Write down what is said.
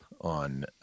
on